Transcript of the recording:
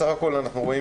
בסך הכול אנחנו רואים